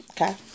Okay